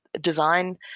design